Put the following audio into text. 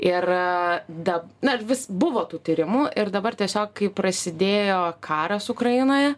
ir dab na ir vis buvo tų tyrimų ir dabar tiesiog kai prasidėjo karas ukrainoje